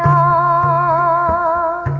o